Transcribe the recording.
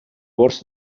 borsa